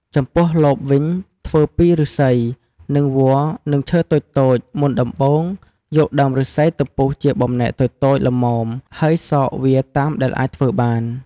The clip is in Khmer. ចំំពោះលបវិញធ្វើពីឫស្សីនិងវល្លិ៍និងឈើតូចៗមុនដំបូងយកដើមឬស្សីទៅពុះជាបំណែកតូចៗល្នមហើយសកវាតាមដែលអាចធ្វើបាន។